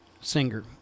singer